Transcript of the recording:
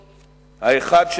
האחד,